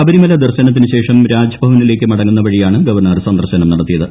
ശബരിമല ദർശനത്തിനു ശേഷം രാജ്ഭവനിലേക്ക് മടങ്ങുന്ന വഴിയാണ് ഗവർണർ സന്ദർശനം നടത്തിയത്